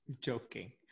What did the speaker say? joking